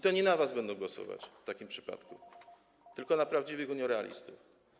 To nie na was będą głosować w takim przypadku, tylko na prawdziwych uniorealistów.